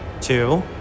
Two